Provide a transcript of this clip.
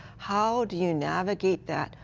how do you navigate that?